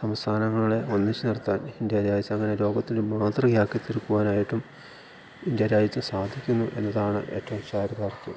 സംസ്ഥാനങ്ങളെ ഒന്നിച്ചു നിർത്താൻ ഇന്ത്യ രാജ്യത്തങ്ങനെ ലോകത്തിൽ മാതൃകയാക്കി തീർക്കുവാനായിട്ടും ഇന്ത്യ രാജ്യത്തിന് സാധിക്കുന്നു എന്നതാണ് ഏറ്റവും ചാരുതാർത്ഥ്യം